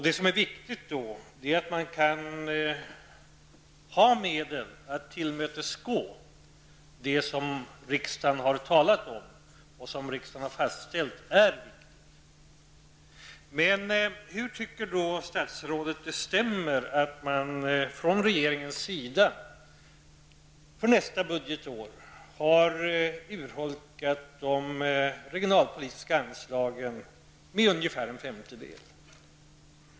Det är viktigt att det finns medel att tillmötesgå det som riksdagen har framställt som viktigt. Hur tycker statsrådet att det stämmer att man från regeringens sida för nästa budgetår har urholkat de regionalpolitiska anslagen med ungefär en femtedel?